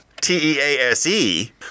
T-E-A-S-E